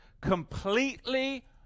completely